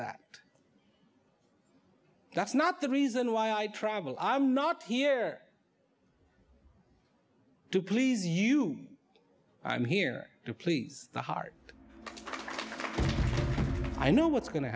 that that's not the reason why i travel i'm not here to please you i'm here to please the heart i know what's go